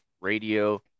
radio